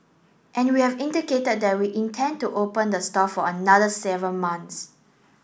and we have indicated that we intend to open the store for another seven months